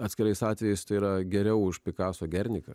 atskirais atvejais tai yra geriau už picasso gernika